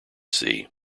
see